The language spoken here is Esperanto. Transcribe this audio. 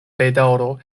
bedaŭro